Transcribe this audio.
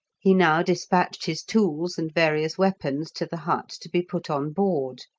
he now despatched his tools and various weapons to the hut to be put on board.